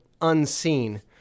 Unseen